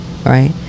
right